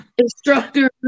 instructor